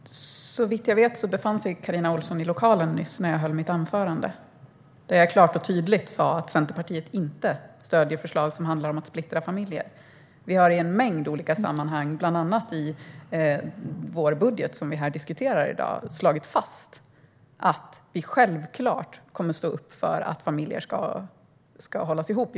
Herr talman! Såvitt jag vet befann sig Carina Ohlsson i lokalen nyss när jag höll mitt anförande. Jag sa klart och tydligt att Centerpartiet inte stöder förslag som handlar om att splittra familjer. Vi har i en mängd olika sammanhang - bland annat i vår budget - slagit fast att vi självklart kommer att stå upp för att familjer ska hållas ihop.